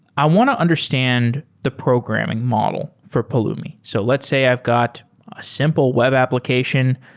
i want to understand the programming model for pulumi. so let's say have got a simple web application.